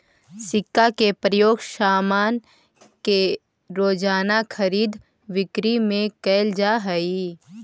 सिक्का के प्रयोग सामान के रोज़ाना खरीद बिक्री में कैल जा हई